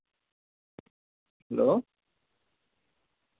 hello